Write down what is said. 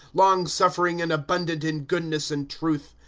long-suffering, and abundant in goodness and truth.